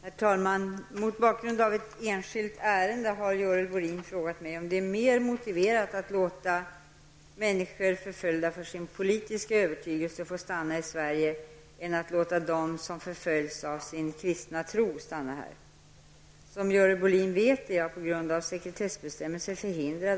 Konkurrensutredningen föreslog en mycket längre gående avreglering än det parallellkoncessionssystem, som regeringen föreslår i proposition 87 vad gäller inrikesflyget. Vad är skälet till regeringens försiktighet vad gäller avreglering av den inrikes luftfarten?